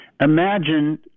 Imagine